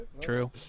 True